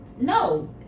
no